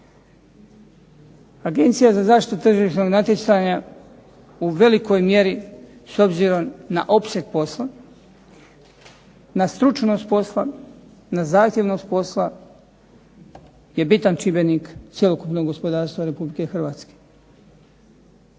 Agencija za zaštitu tržišnog natjecanja u velikoj mjeri s obzirom na opseg posla, na stručnost posla, na zahtjevnost posla je bitan čimbenika cjelokupnog gospodarstva RH. Od rada